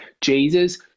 jesus